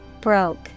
Broke